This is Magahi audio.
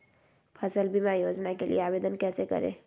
फसल बीमा योजना के लिए आवेदन कैसे करें?